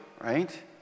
right